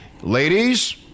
ladies